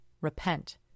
Repent